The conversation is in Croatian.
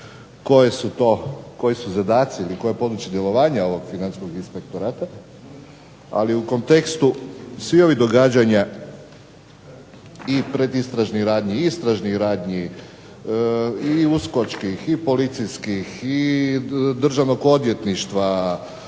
ne iščitavam koji su zadaci ili koje područje djelovanja je ovog Financijskog inspektorata. Ali, u kontekstu svih ovih događanja i predistražnih radnji, istražnih radnji, i USKOK-čkih i policijskih i Državnog odvjetništva,